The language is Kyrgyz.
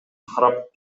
карап